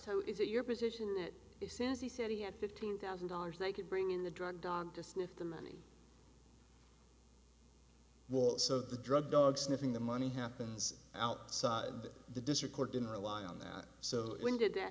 toe is it your position that he says he said he had fifteen thousand dollars they could bring in the drug dog to sniff the money well so the drug dog sniffing the money happens outside the district court didn't rely on that so when did that